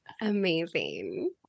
Amazing